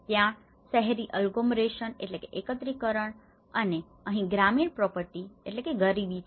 ત્યાં શેહરી agglomeration agglomeration એકત્રીકરણ અને અહીં ગ્રામીણ પોવર્ટી poverty ગરીબી છે